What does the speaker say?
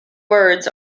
words